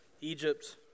Egypt